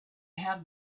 have